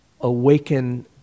awaken